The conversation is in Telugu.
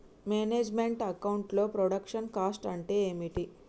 మేనేజ్ మెంట్ అకౌంట్ లో ప్రొడక్షన్ కాస్ట్ అంటే ఏమిటి?